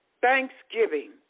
Thanksgiving